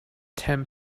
ten